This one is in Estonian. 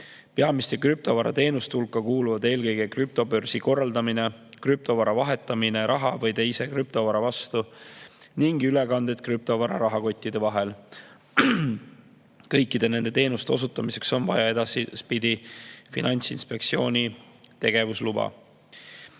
Peamiste krüptovarateenuste hulka kuuluvad eelkõige krüptobörsi korraldamine, krüptovara vahetamine raha või teise krüptovara vastu ning ülekanded krüptovara rahakottide vahel. Kõikide nende teenuste osutamiseks on vaja edaspidi Finantsinspektsiooni tegevusluba.